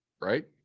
Right